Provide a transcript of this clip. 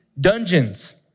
dungeons